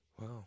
Wow